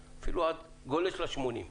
גולש לשנות ה-80.